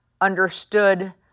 understood